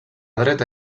dreta